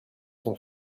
son